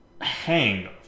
hang